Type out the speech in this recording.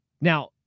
Now